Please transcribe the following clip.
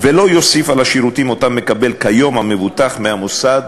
ולא יוסיף על השירותים שאותם מקבל כיום המבוטח מהמוסד